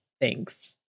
Thanks